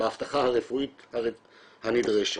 באבטחה הרפואית הנדרשת.